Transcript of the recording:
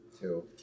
Two